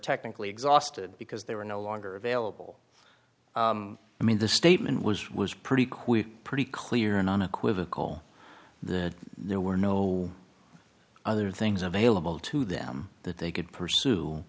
technically exhausted because they were no longer available i mean the statement was was pretty quick pretty clear and unequivocal the there were no other things available to them that they could pursue